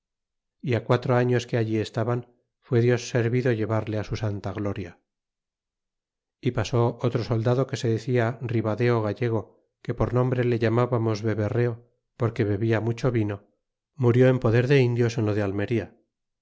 é quatro años que allí estaban fua dios servido llevarle su santa gloria e pasó otro soldado que se decía ribadeo gallego que por sobrenombre le llamábamos beberreo porque bebía mucho vino murió en poder de indios en lo de almería